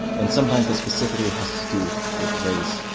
and sometimes that specifically has to do with race.